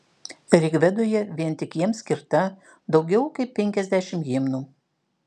rigvedoje vien tik jiems skirta daugiau kaip penkiasdešimt himnų